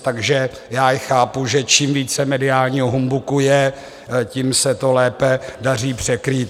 Takže já je chápu, že čím více mediálního humbuku je, tím se to lépe daří překrýt.